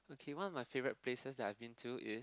okay one of my favourite places that I've been to is